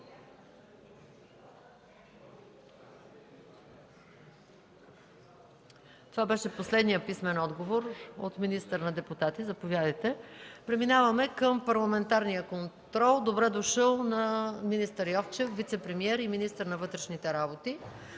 Това беше последният писмен отговор от министър на депутати. Преминаваме към парламентарния контрол. „Добре дошъл!” на министър Йовчев – вицепремиер и министър на вътрешните работи.